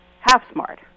half-smart